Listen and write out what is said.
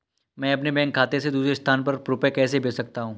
मैं अपने बैंक खाते से दूसरे स्थान पर रुपए कैसे भेज सकता हूँ?